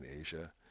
Asia